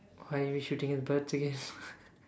why are we shooting at the birds again